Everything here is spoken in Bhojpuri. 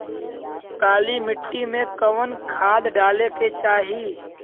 काली मिट्टी में कवन खाद डाले के चाही?